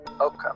Okay